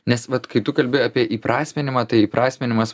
nes vat kai tu kalbi apie įprasminimą tai įprasminimas